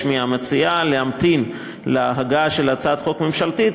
מהמציעה להמתין להגעתה של הצעת החוק הממשלתית,